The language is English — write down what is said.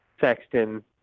Sexton